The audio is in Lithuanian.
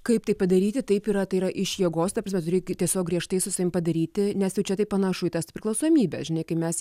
kaip tai padaryti taip yra tai yra iš jėgos ta prasme reikia tiesiog griežtai su savim padaryti nes jau čia tai panašu į tas priklausomybę žinai kai mes